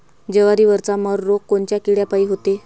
जवारीवरचा मर रोग कोनच्या किड्यापायी होते?